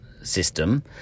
system